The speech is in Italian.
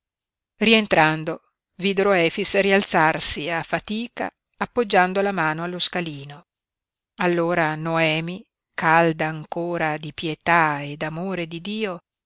rientrando videro efix rialzarsi a fatica appoggiando la mano allo scalino allora noemi calda ancora di pietà e d'amore di dio